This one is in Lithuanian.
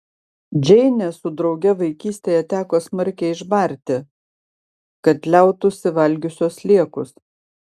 džeinę su drauge vaikystėje teko smarkiai išbarti kad liautųsi valgiusios sliekus